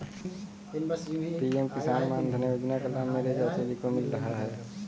PM Kisan Maandhan योजना का लाभ मेरे चाचा जी को मिल रहा है